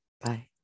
Bye